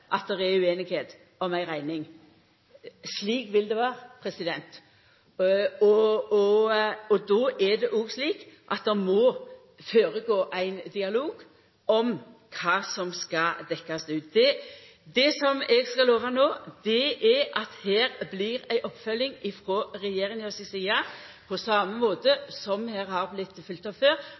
at det er ueinigheit om ei rekning. Slik vil det vera. Då er det òg slik at det må føregå ein dialog om kva som skal dekkjast. Det eg skal lova no, er at det her blir ei oppfølging frå regjeringa si side på same måten som det har vore følgt opp før.